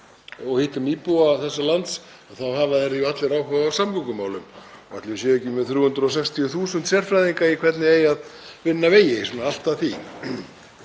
og hittum íbúa þessa lands hafa þeir allir áhuga á samgöngumálum. Ætli við séum ekki með 360.000 sérfræðinga í hvernig eigi að vinna vegi, svona allt að því.